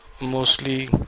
mostly